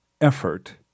effort